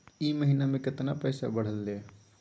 ई महीना मे कतना पैसवा बढ़लेया?